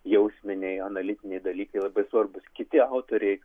jausminiai analitiniai dalykai labai svarbūs kiti autoriai